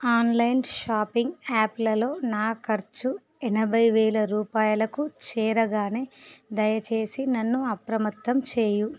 online shopping యాప్లలో నా ఖర్చు ఎనభై వేల రూపాయలకు చేరగానే దయచేసి నన్ను అప్రమత్తం చేయి